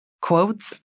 quotes